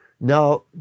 Now